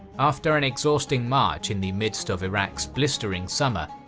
after an exhausting march in the midst of iraq's blistering summer,